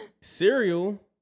Cereal